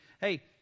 hey